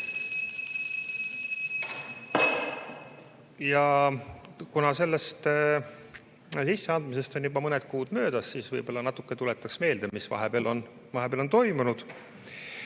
Ja kuna sellest sisseandmisest on juba mõni kuu möödas, siis võib-olla natuke tuletaks meelde, mis vahepeal on toimunud.